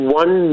one